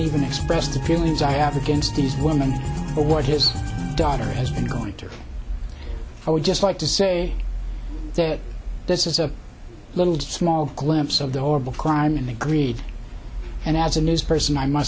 even express the feelings i have against these women or what his daughter has been going to i would just like to say that this is a little small glimpse of the horrible crime and the greed and as a news person i must